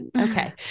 Okay